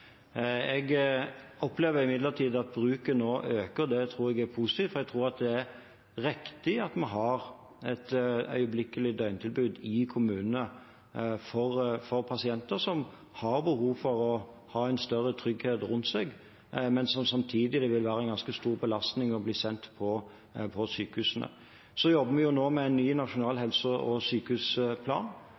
Jeg opplever imidlertid at bruken nå øker. Det tror jeg er positivt. Jeg tror det er riktig at vi har et øyeblikkelig døgntilbud i kommunene for pasienter som har behov for å ha en større trygghet rundt seg, og som det samtidig vil være en ganske stor belastning for å bli sendt på sykehus. Vi jobber nå med en ny helse- og sykehusplan.